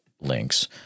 links